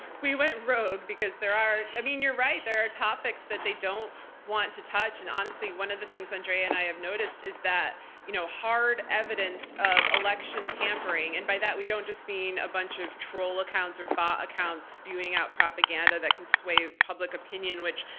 we went rogue, because i mean, you're right. there are topics that they don't want to touch, and honestly one of the things andrea and i have noticed is that you know hard evidence of election tampering, and by that we don't just mean a bunch of troll accounts or bot accounts spewing out propaganda that can sway public opinion, which,